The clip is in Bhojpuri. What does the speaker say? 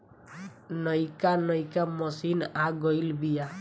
नइका नइका मशीन आ गइल बिआ